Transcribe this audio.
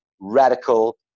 radical